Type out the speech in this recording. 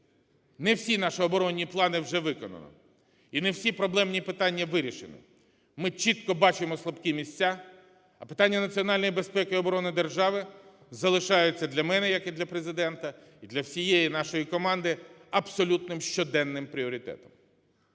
Не всі наші оборонні плани вже виконано, і не всі проблемні питання вирішені. Ми чітко бачимо слабкі місця. Питання національної безпеки і оборони держави залишаються для мене як для Президента і для всієї нашої команди абсолютним щоденним пріоритетом.